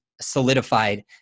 solidified